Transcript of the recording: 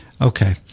Okay